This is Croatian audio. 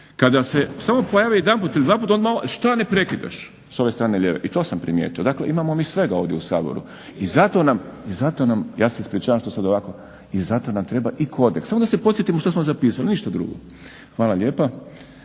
kada se samo pojavi jedanput ili dvaput odmah šta ne prekidaš s ove strane lijeve, i to sam primijetio. Dakle imamo mi svega ovdje u Saboru i zato nam, ja se ispričavam što sad ovako, i zato nam treba i kodeks samo da se podsjetimo što smo zapisali, ništa drugo. Hvala lijepa.